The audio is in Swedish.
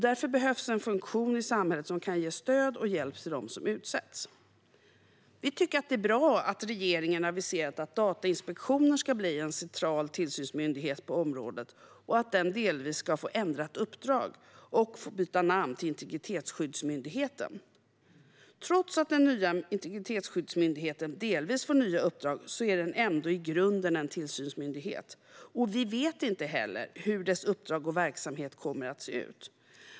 Därför behövs en funktion i samhället som kan ge stöd och hjälp till dem som utsätts. Vi tycker att det är bra att regeringen aviserat att Datainspektionen ska bli en central tillsynsmyndighet på området och att den ska få delvis ändrat uppdrag och byta namn till Integritetsskyddsmyndigheten. Men trots att den nya Integritetsskyddsmyndigheten får delvis nya uppdrag är den ändå i grunden en tillsynsmyndighet. Vi vet inte heller hur dess uppdrag och verksamhet kommer att se ut.